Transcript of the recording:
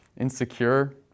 insecure